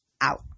Out